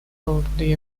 already